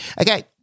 Okay